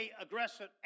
aggressive